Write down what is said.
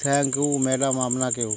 thank you madam আপনাকেও